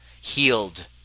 healed